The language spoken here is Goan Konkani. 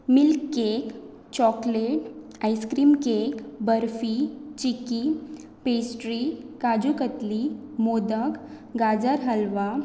milk cake chocolate ice cream cake barfi चक्की पेस्ट्री काजू कतली मोदक गाजर हलवा